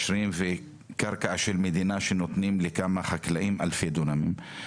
קרקע של מדינה שנותנים לכמה חקלאים אלפי דונמים,